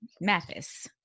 Mathis